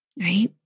right